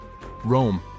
Rome